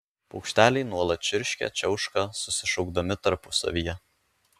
paukšteliai nuolat čirškia čiauška susišaukdami tarpusavyje